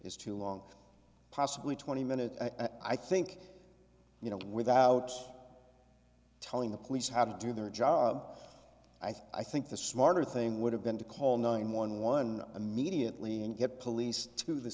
is too long possibly twenty minutes i think you know without telling the police how to do their job i think the smarter thing would have been to call nine one one immediately and get police to the